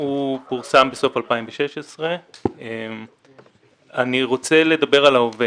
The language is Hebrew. הוא פורסם בסוף 2016. אני רוצה לדבר על ההווה.